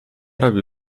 robił